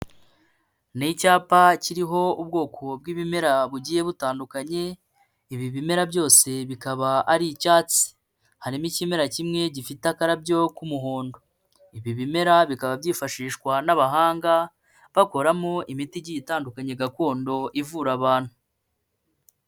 Ni icyapa kiriho ubwoko bw'ibimera bugiye butandukanye, ibi bimera byose bikaba ari icyatsi. Harimo ikimera kimwe gifite akarabyo k'umuhondo. Ibi bimera bikaba byifashishwa n'abahanga, bakoramo imiti igiye itandukanye gakondo ivura abantu.